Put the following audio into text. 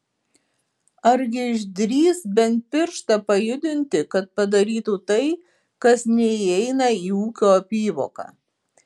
argi išdrįs bent pirštą pajudinti kad padarytų tai kas neįeina į ūkio apyvoką